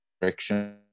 direction